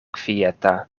kvieta